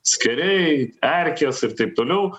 skėriai erkės ir taip toliau